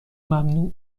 ممنوع